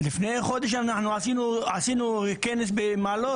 אנחנו באמת ערים למצוקה לא רק כוועדה.